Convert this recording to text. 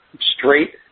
straight